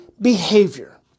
behavior